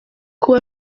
kuba